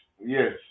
Yes